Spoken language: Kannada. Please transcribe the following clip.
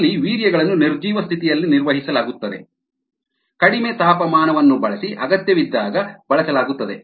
ಅಲ್ಲಿ ವೀರ್ಯಗಳನ್ನು ನಿರ್ಜೀವ ಸ್ಥಿತಿಯಲ್ಲಿ ನಿರ್ವಹಿಸಲಾಗುತ್ತದೆ ಕಡಿಮೆ ತಾಪಮಾನವನ್ನು ಬಳಸಿ ಅಗತ್ಯವಿದ್ದಾಗ ಬಳಸಲಾಗುತ್ತದೆ